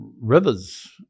rivers